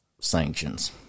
sanctions